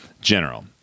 general